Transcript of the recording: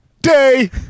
day